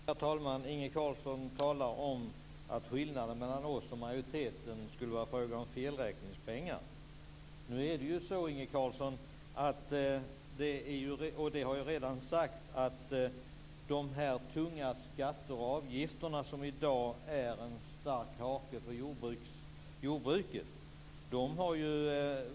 Herr talman! Inge Carlsson talar om att skillnaden mellan oss och majoriteten skulle vara felräkningspengar. De tunga skatterna och avgifterna är i dag en stark hake för jordbruket.